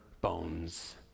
bones